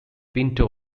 pinto